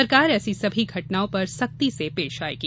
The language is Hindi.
सरकार ऐसी सभी घटनाओं पर सख्ती से पेश आयेगी